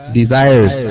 desires